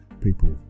people